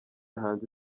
hanze